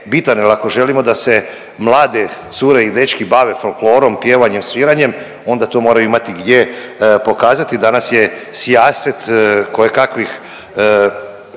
bitan, jel ako želimo da se mlade cure i dečki bave folklorom, pjevanjem, sviranjem onda to moraju imati gdje pokazati. Danas je sijaset kojekakvih